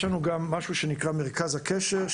יש לנו גם משהו שנקרא מרכז הקשר.